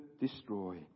destroy